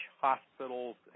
hospitals